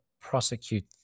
prosecute